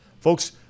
Folks